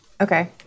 Okay